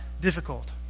difficult